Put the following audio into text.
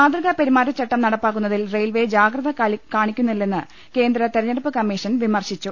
മാതൃകാ പെരുമാറ്റച്ചട്ടം നടപ്പാക്കുന്നതിൽ റെയിൽവേ ജാഗ്രത കാണിക്കുന്നില്ലെന്ന് കേന്ദ്ര തിരഞ്ഞെടുപ്പ് കമ്മീഷൻ വിമർശിച്ചു